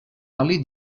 oli